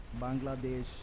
Bangladesh